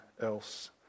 else